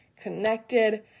connected